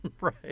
Right